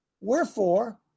Wherefore